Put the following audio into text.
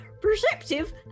Perceptive